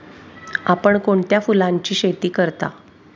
आपण कोणत्या फुलांची शेती करता?